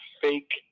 fake